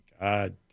God